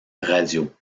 radios